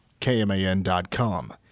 kman.com